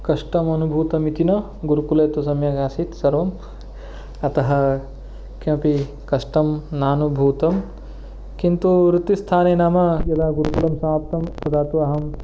कष्टम् अनुभूतमिति न गुरुकुले तु सम्यगासीत् सर्वम् अतः किमपि कष्टं नानुभूतं किन्तु वृत्तिस्थाने नाम यदा गुरुकुलं समाप्तं तदा तु अहं